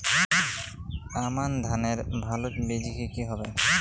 আমান ধানের ভালো বীজ কি কি হবে?